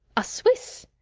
a swiss?